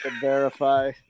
verify